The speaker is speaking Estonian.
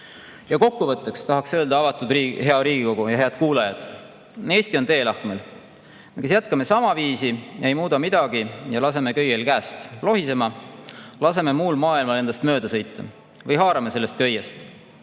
Kokkuvõtteks tahaks öelda, hea Riigikogu ja head kuulajad, et Eesti on teelahkmel. Me kas jätkame samaviisi, ei muuda midagi ja laseme köie käest lohisema, laseme muul maailmal endast mööda sõita või haarame sellest köiest,